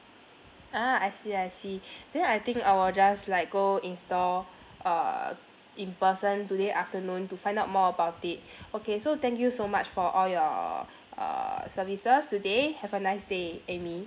ah I see I see then I think I will just like go in store uh in person today afternoon to find out more about it okay so thank you so much for all your uh services today have a nice day amy